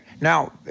Now